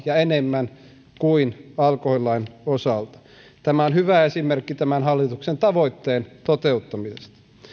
ja enemmän kansalaisen kannalta kuin alkoholilain osalta tämä on hyvä esimerkki tämän hallituksen tavoitteen toteuttamisesta